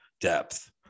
depth